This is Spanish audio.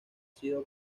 sido